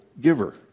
giver